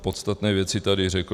Podstatné věci tedy řekl.